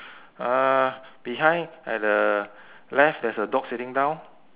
uh behind at the left there's a dog sitting down